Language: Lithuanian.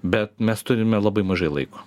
bet mes turime labai mažai laiko